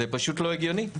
זה פשוט לא הגיוני.